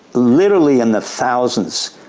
literally in the thousands,